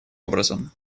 образом